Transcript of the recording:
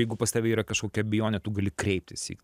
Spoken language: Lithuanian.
jeigu pas tave yra kažkokia abejonė tu gali kreiptis į